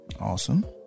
Awesome